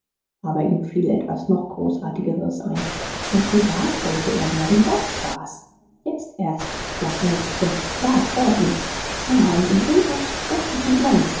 aber ihm fiel etwas noch großartigeres ein ein pirat wollte er werden das war's jetzt erst lag seine zukunft klar vor ihm strahlend in unaussprechlichem glanz